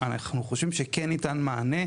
אנחנו חושבים שכן ניתן מענה.